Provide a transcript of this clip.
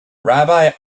rabbi